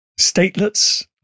statelets